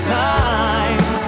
time